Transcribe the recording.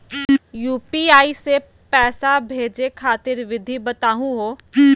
UPI स पैसा भेजै खातिर विधि बताहु हो?